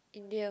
India